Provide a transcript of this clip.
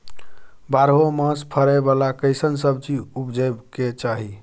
बारहो मास फरै बाला कैसन सब्जी उपजैब के चाही?